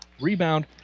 Rebound